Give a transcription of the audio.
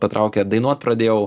patraukė dainuot pradėjau